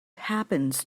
happens